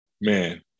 man